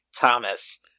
Thomas